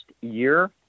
year